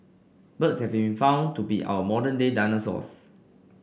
birds have been found to be our modern day dinosaurs